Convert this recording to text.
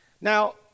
Now